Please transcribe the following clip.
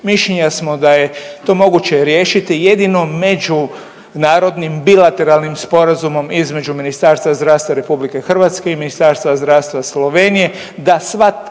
mišljenja smo da je to moguće riješiti jedino međunarodnim bilateralnim sporazumom između Ministarstva zdravstva Republike Hrvatske i Ministarstva zdravstva Slovenije da sva